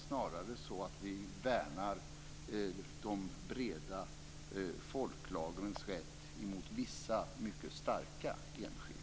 Snarare värnar vi de breda folklagrens rätt mot vissa, mycket starka, enskilda.